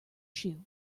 shoe